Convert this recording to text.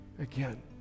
again